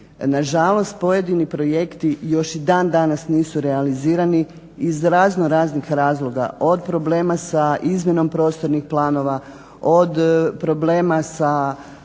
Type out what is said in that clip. Nažalost, pojedini projekti još i dan danas nisu realizirani, iz razno raznih razloga, od problema sa izmjenom prostornih planova, od problema sa